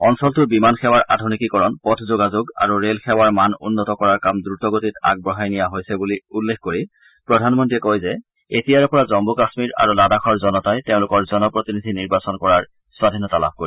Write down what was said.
অঞ্চলটোৰ বিমান সেৱাৰ আধুনীকিকৰণ পথ যোগাযোগ আৰু ৰেল সেৱাৰ মান উন্নত কৰাৰ কাম দ্ৰতগতিত আগবঢ়াই নিয়া হৈছে বুলি উল্লেখ কৰি প্ৰধানমন্ত্ৰীয়ে কয় যে এতিয়াৰে পৰা জম্মু কাম্মীৰ আৰু লাডাখৰ জনতাই তেওঁলোকৰ জনপ্ৰতিনিধি নিৰ্বাচন কৰাৰ স্বাধীনতা লাভ কৰিব